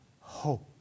hope